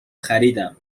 خریدم